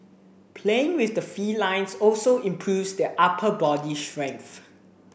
playing with the felines also improves their upper body strength